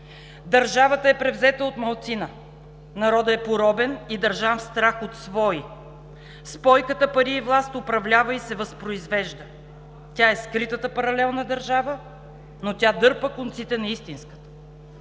„Държавата е превзета от малцина, народът е поробен и държан в страх от свои. Спойката „пари и власт“ управлява и се възпроизвежда. Тя е скритата паралелна държава, но тя дърпа конците на истинската.“